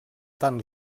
tant